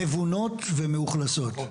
אם כבר זה מבונות ומאוכלסות.